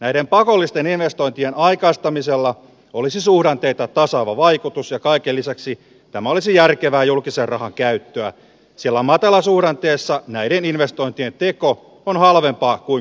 näiden pakollisten investointien aikaistamisella olisi suhdanteita tasaava vaikutus ja kaiken lisäksi tämä olisi järkevää julkisen rahan käyttöä sillä matalasuhdanteessa näiden investointien teko on halvempaa kuin korkeasuhdanteessa